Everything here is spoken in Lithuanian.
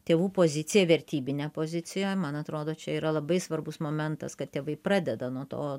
tėvų poziciją vertybinę poziciją man atrodo čia yra labai svarbus momentas kad tėvai pradeda nuo to